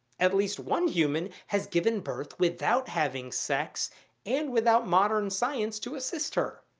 at least one human has given birth without having sex and without modern science to assist her.